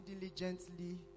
diligently